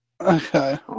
Okay